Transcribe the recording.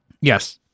yes